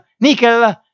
nickel